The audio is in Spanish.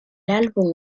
álbum